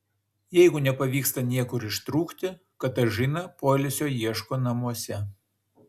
jeigu nepavyksta niekur ištrūkti katažina poilsio ieško namuose